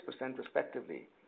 respectively